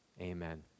amen